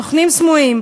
כסוכנים סמויים,